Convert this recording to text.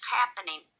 happening